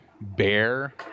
Bear